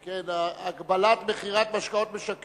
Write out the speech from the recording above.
התש"ע 2009, ירדה מסדר-היום, שכן ההצעה לא נתקבלה,